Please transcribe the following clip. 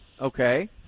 Okay